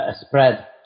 spread